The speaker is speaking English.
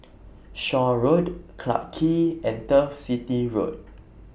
Shaw Road Clarke Quay and Turf City Road